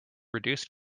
reduced